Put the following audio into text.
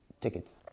tickets